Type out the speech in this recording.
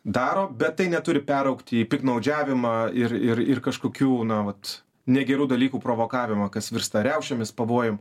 daro bet tai neturi peraugti į piktnaudžiavimą ir ir ir kažkokių na vat negerų dalykų provokavimą kas virsta riaušėmis pavojum